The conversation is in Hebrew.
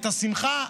את השמחה,